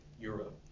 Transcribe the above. Europe